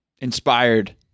inspired